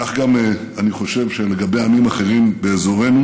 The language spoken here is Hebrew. כך אני גם חושב שלגבי עמים אחרים באזורנו,